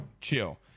Chill